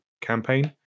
campaign